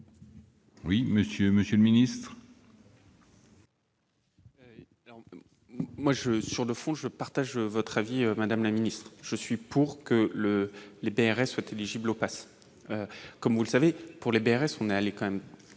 mais, monsieur le ministre,